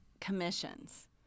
commissions